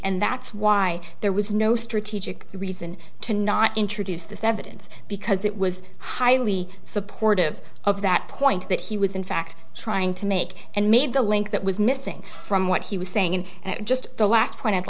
and that's why there was no strategic reason to not introduce this evidence because it was highly supportive of that point that he was in fact trying to make and made the link that was missing from what he was saying and just the last point i'd